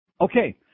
Okay